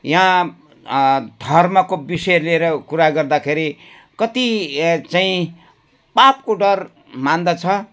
यहाँ धर्मको विषय लिएर कुरा गर्दाखेरि कति चाहिँ पापको डर मान्दछ